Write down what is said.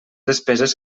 despeses